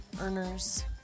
earners